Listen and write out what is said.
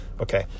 Okay